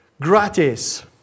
Gratis